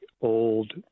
old